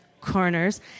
corners